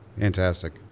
Fantastic